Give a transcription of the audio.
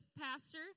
pastor